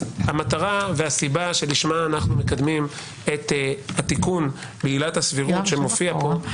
המטרה והסיבה שלשמה אנחנו מקדמים את התיקון בעילת הסבירות שמופיע פה,